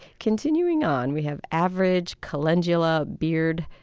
continuing on, we have average, calendula, beard,